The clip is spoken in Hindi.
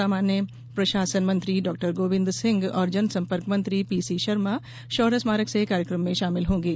सामान्य प्रशासन मंत्री डॉ गोविन्द सिंह और जनसम्पर्क मंत्री पीसीशर्मा शौर्य स्मारक से कार्यक्रम में सम्मिलित होंगे